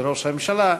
לראש הממשלה,